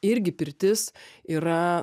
irgi pirtis yra